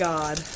God